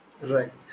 Right